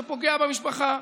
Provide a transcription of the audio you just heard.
שפוגע במשפחה.